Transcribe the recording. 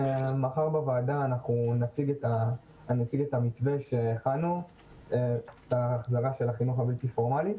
מחר בוועדה אנחנו נציג את המתווה שהכנו לחזרה של החינוך הבלתי פורמלי,